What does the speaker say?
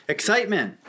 Excitement